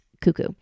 cuckoo